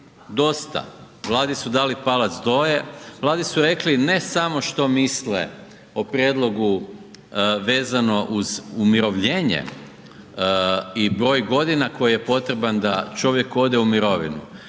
dosta. Vladi su dali palac dolje, Vladi su rekli ne samo što misle o prijedlogu vezano uz umirovljenje i broj godina koji je potreban da čovjek ode u mirovinu.